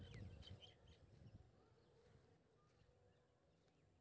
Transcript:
हर तरहक वित्तीय लेनदेन सं खाता संख्या जुड़ल रहै छै